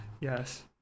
Yes